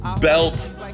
belt